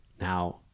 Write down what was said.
Now